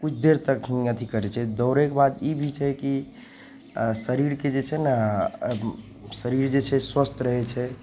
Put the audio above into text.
किछु देर तक ओ अथी करै छै दौड़ैके बाद ई भी छै कि शरीरके जे छै ने शरीर जे छै स्वस्थ रहै छै